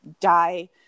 die